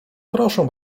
proszę